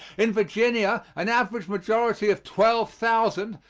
in virginia an average majority of twelve thousand,